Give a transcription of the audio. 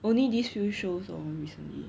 only these few shows lor recently